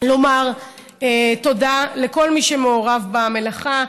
לומר תודה לכל מי שמעורב במלאכה,